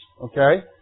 Okay